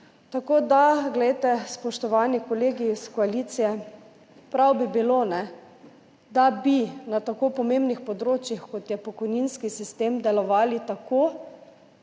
davki in prispevki. Spoštovani kolegi iz koalicije, prav bi bilo, da bi na tako pomembnih področjih, kot je pokojninski sistem, delovali tako,